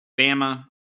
Bama